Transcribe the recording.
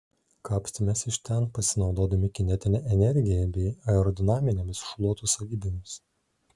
kapstėmės iš ten pasinaudodami kinetine energija bei aerodinaminėmis šluotų savybėmis